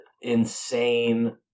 insane